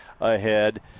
ahead